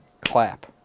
clap